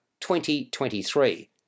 2023